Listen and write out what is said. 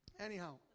Anyhow